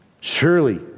Surely